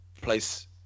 place